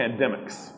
pandemics